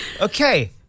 Okay